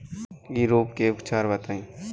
इ रोग के उपचार बताई?